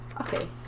Okay